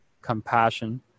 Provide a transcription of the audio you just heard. compassion